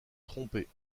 trompés